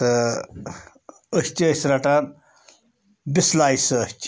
تہٕ أسۍ تہِ ٲسۍ رَٹان بِسلایہِ سۭتۍ